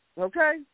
okay